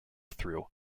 through